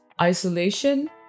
isolation